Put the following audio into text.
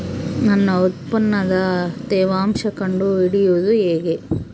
ನನ್ನ ಉತ್ಪನ್ನದ ತೇವಾಂಶ ಕಂಡು ಹಿಡಿಯುವುದು ಹೇಗೆ?